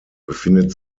befindet